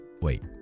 Wait